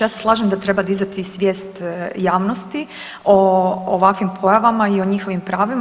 Ja se slažem da treba dizati svijest javnosti o ovakvim pojavama i o njihovim pravima.